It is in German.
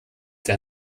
der